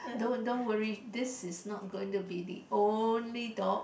don't don't worry this is not going to be the only dog